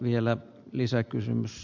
arvoisa puhemies